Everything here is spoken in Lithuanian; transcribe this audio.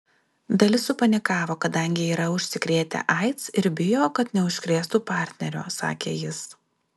dalis supanikavo kadangi yra užsikrėtę aids ir bijo kad neužkrėstų partnerio sakė jis